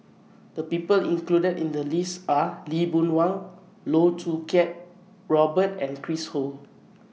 The People included in The list Are Lee Boon Wang Loh Choo Kiat Robert and Chris Ho